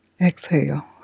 exhale